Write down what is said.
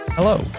Hello